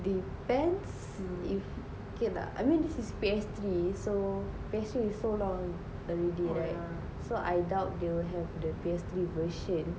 depends if okay lah I mean this is P_S three so P_S three so long so I doubt there will have the P_S three version